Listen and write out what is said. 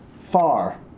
far